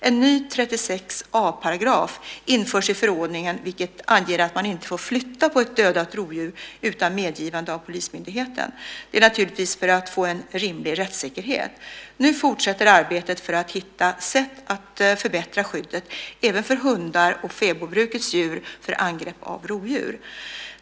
En ny 36 a § införs i förordningen vilken anger att man inte får flytta på ett dödat rovdjur utan medgivande av polismyndigheten. Det är naturligtvis för att få en rimlig rättssäkerhet. Nu fortsätter arbetet för att hitta ett sätt att förbättra skyddet även för hundar och fäbodbrukets djur när det gäller angrepp av rovdjur.